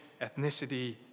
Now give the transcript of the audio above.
ethnicity